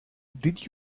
did